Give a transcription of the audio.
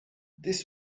this